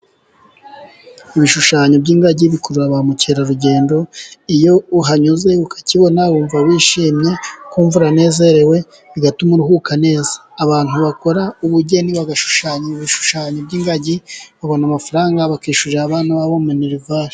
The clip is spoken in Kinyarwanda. Ibishushanyo by'ingagi bikurura ba mukerarugendo, iyo uhanyuze ukakibona wumva wishimye, ukumva uranezerewe, bigatuma uruhuka neza. Abantu bakora ubugeni bagashushanya ibishushanyo by'ingagi, babona amafaranga, bakishyurira abana babo minerivari.